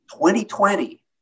2020